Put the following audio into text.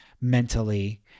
mentally